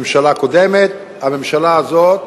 הממשלה הקודמת, הממשלה הזאת,